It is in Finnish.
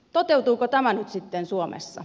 toteutuuko tämä nyt sitten suomessa